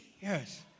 Yes